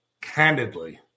candidly